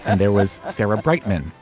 and there was sarah brightman,